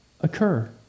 occur